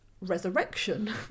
Resurrection